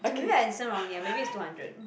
okay maybe I listen wrongly ah maybe it's two hundred